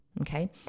Okay